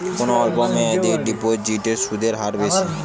কোন অল্প মেয়াদি ডিপোজিটের সুদের হার বেশি?